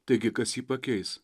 taigi kas jį pakeis